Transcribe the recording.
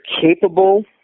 capable